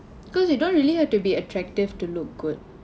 cause you don't really have to be attractive to look good